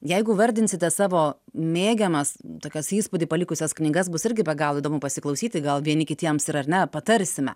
jeigu vardinsite savo mėgiamas tokias įspūdį palikusias knygas bus irgi be galo įdomu pasiklausyti gal vieni kitiems ir ar ne patarsime